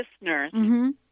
listeners